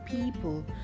people